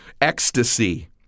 ecstasy